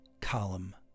column